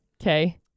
Okay